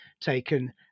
taken